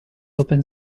open